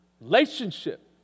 Relationship